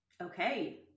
Okay